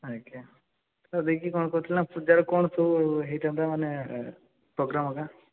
ଆଜ୍ଞା ସାର୍ ଦେଇକି କ'ଣ କହୁଥିଲି ନା ପୂଜାରେ କ'ଣ ସବୁ ହେଇଥାନ୍ତା ମାନେ ପ୍ରୋଗ୍ରାମ୍ ହକା